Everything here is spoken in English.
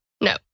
No